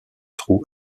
trou